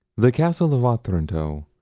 the castle of otranto,